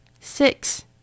Six